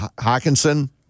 Hawkinson